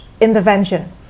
intervention